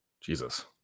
Jesus